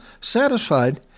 satisfied